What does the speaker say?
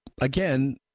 again